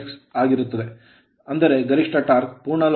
6 ಆಗಿರುತ್ತದೆ ಅಂದರೆ ಗರಿಷ್ಠ torque ಟಾರ್ಕ್ ಪೂರ್ಣ load ಲೋಡ್ torque ಟಾರ್ಕ್ ನ 2